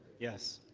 yes.